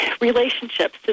relationships